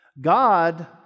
God